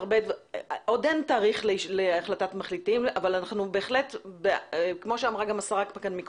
עוד אין תאריך להחלטת מחליטים אבל כמו שאמרה כאן קדם השרה,